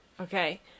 Okay